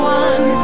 one